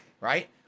Right